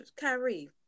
Kyrie